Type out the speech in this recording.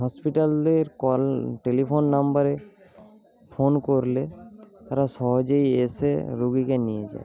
হসপিটালের call telephone নাম্বারে phone করলে তারা সহজেই এসে রোগীকে নিয়ে যায়